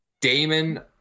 Damon